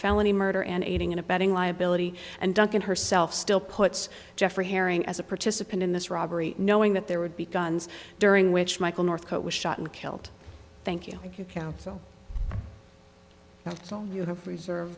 felony murder and aiding and abetting liability and duncan herself still puts geoffrey herring as a participant in this robbery knowing that there would be guns during which michael northcott was shot and killed thank you thank you count so now you have yes